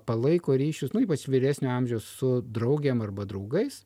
palaiko ryšius ypač vyresnio amžiaus su draugėm arba draugais